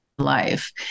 Life